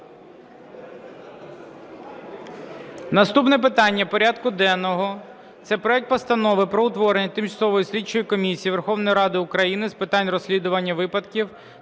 Наступне питання порядку денного – це проект Постанови про утворення Тимчасової слідчої комісії Верховної Ради України з питань розслідування випадків